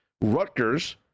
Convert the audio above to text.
Rutgers